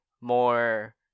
more